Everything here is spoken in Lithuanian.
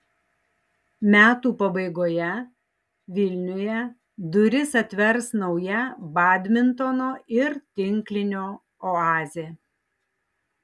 metų pabaigoje vilniuje duris atvers nauja badmintono ir tinklinio oazė